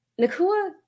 Nakua